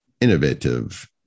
innovative